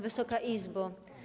Wysoka Izbo!